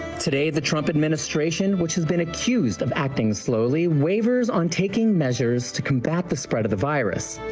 today the trump administration, which has been accused of acting slowly, waivers on taking measures to combat the spread of the virus,